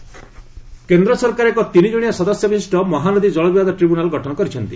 water Mahanadi କେନ୍ଦ ସରକାର ଏକ ତିନି ଜଣିଆ ସଦସ୍ୟ ବିଶିଷ୍ଟ ମହାନଦୀ ଜଳବିବାଦ ଟ୍ରିବ୍ୟୁନାଲ୍ ଗଠନ କରିଛନ୍ତି